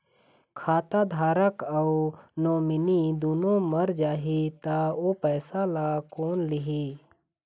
खाता धारक अऊ नोमिनि दुनों मर जाही ता ओ पैसा ला कोन लिही?